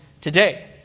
today